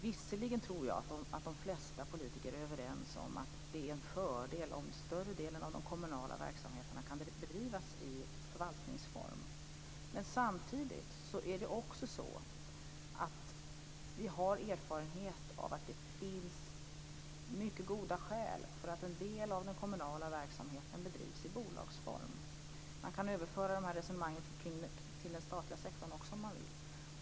Visserligen tror jag att de flesta politiker är överens om att det är en fördel om större delen av de kommunala verksamheterna kan bedrivas i förvaltningsform. Men samtidigt är det också så att vi har erfarenhet av att det finns mycket goda skäl för att en del av den kommunala verksamheten bedrivs i bolagsform. Man kan överföra dessa resonemang till den statliga sektorn också om man vill.